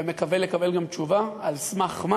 ומקווה לקבל גם תשובה: על סמך מה